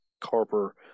Carper